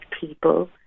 people